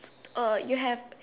uh you have